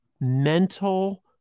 mental